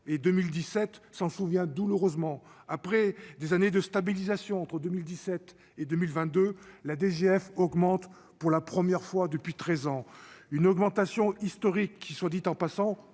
et 2017 s'en souvient, douloureusement, après des années de stabilisation entre 2017 et 2022 la DGF augmente pour la première fois depuis 13 ans une augmentation historique qui, soit dit en passant